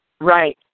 Right